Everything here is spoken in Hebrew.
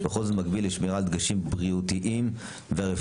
וכל זאת במקביל לשמירה על דגשים בריאותיים והרפואיים,